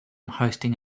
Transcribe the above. hosting